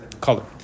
color